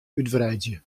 útwreidzje